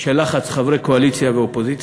של לחץ חברי קואליציה ואופוזיציה.